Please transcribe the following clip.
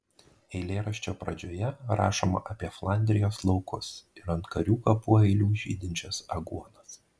eilėraščio pradžioje rašoma apie flandrijos laukus ir ant karių kapų eilių žydinčias aguonas